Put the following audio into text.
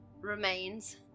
remains